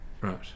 Right